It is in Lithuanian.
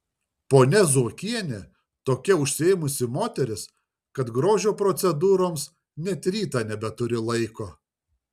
ponia zuokienė tokia užsiėmusi moteris kad grožio procedūroms net rytą nebeturi laiko